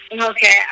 Okay